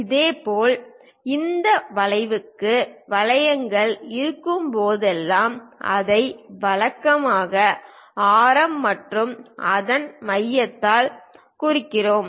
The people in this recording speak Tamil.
இதேபோல் இந்த வளைவுக்கு வளைவுகள் இருக்கும்போதெல்லாம் அதை வழக்கமாக ஆரம் மற்றும் அதன் மையத்தால் குறிக்கிறோம்